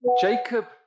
Jacob